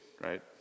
right